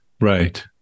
right